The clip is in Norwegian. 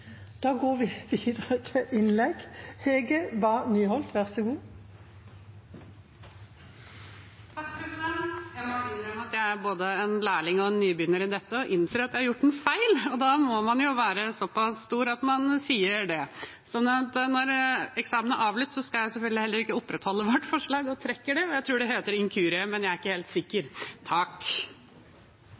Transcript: både lærling og nybegynner i dette og innser at jeg har gjort en feil, og da må man være så pass stor at man sier det. Så når eksamen er avlyst, skal jeg selvfølgelig heller ikke opprettholde vårt forslag og trekker det. Jeg tror det heter en inkurie, men er ikke helt sikker. Takk!